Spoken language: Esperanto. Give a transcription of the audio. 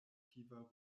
aktiva